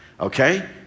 Okay